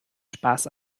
spaß